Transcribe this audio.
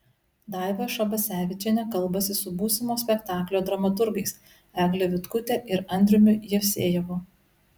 daiva šabasevičienė kalbasi su būsimo spektaklio dramaturgais egle vitkute ir andriumi jevsejevu